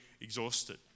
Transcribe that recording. exhausted